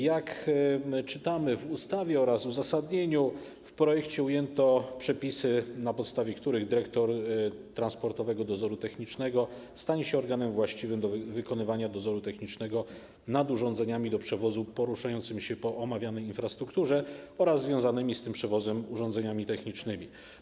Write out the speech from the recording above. Jak czytamy w ustawie oraz uzasadnieniu, w projekcie ujęto przepisy, na podstawie których dyrektor Transportowego Dozoru Technicznego stanie się organem właściwym do wykonywania dozoru technicznego nad urządzeniami do przewozu poruszającymi się po omawianej infrastrukturze oraz związanymi z tym przewozem urządzeniami technicznymi.